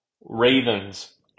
Ravens